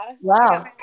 Wow